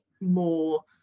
more